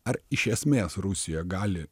ar iš esmės rusija gali